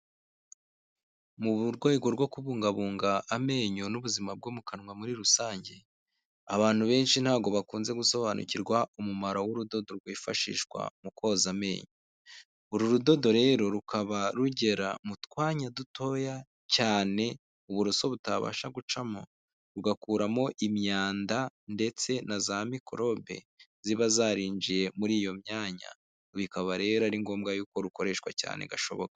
Mu rwego rwo kubungabunga amenyo n'ubuzima bwo mu kanwa muri rusange, abantu benshi ntabwo bakunze gusobanukirwa umumaro w'urudodo rwifashishwa mu koza amenyo, uru rudodo rero rukaba rugera mu twanya dutoya cyane, uburoso butabasha gucamo, rugakuramo imyanda ndetse na za mikorobe, ziba zarinjiye muri iyo myanya, bikaba rero ari ngombwa y'uko rukoreshwa cyane gashoboka.